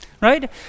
right